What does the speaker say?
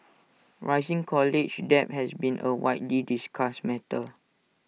rising college debt has been A widely discussed matter